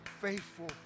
faithful